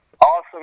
Awesome